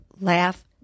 laugh